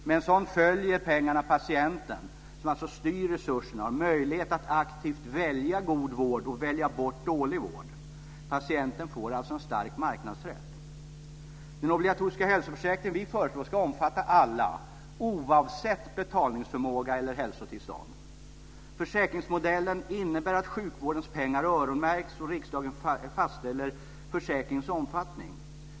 Med en sådan följer pengarna patienten, som alltså styr resurserna och har möjlighet att aktivt välja god vård och välja bort dålig vård. Patienten får alltså en stark marknadsrätt. Den obligatoriska hälsoförsäkring vi föreslår ska omfatta alla, oavsett betalningsförmåga eller hälsotillstånd. Försäkringsmodellen innebär att sjukvårdens pengar öronmärks, och riksdagen fastställer försäkringens omfattning.